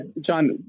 John